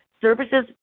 services